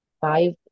five